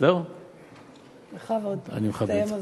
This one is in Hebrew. הסתיים הזמן.